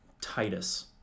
Titus